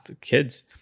kids